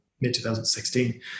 mid-2016